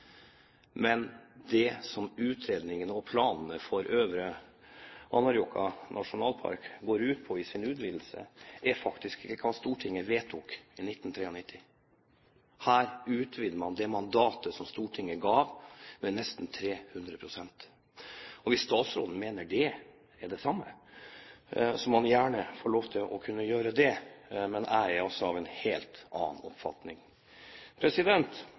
Men det som utredningen og planene for Øvre Anárjohka nasjonalparks utvidelse går ut på, er faktisk ikke hva Stortinget vedtok i 1993. Her utvider man det mandatet som Stortinget ga, med nesten 300 pst. Hvis statsråden mener det er det samme, må han gjerne få lov til å kunne gjøre det, men jeg er altså av en helt annen oppfatning.